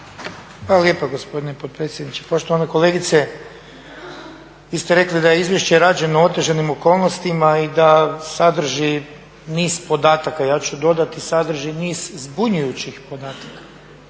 Hvala lijepa gospodine potpredsjedniče. Poštovana kolegice, vi ste rekli da je izvješće rađeno u otežanim okolnostima i da sadrži niz podataka. Ja ću dodati sadrži niz zbunjujućih podataka.